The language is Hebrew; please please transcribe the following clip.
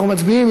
אנחנו מצביעים.